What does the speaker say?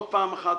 פעם אחת,